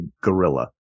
gorilla